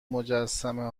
مجسمه